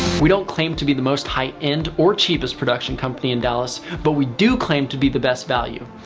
we don't claim to be the most high-end or cheapest production company in dallas, but we do claim to be the best value.